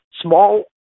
small